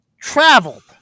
traveled